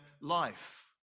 life